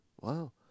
Wow